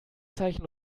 zeichen